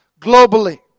globally